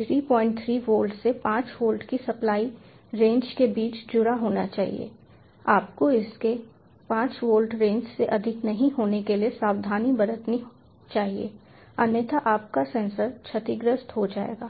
33 volt से 5 volt की supply range के बीच जुड़ा होना चाहिए आपको इसके 5 वोल्ट रेंज से अधिक नहीं होने के लिए सावधानी बरतनी चाहिए अन्यथा आपका सेंसर क्षतिग्रस्त हो जाएगा